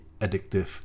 addictive